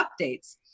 updates